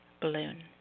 balloon